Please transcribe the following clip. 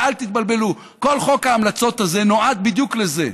אל תתבלבלו: כל חוק ההמלצות הזה נועד בדיוק לזה,